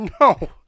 No